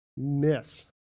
Miss